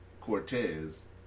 Cortez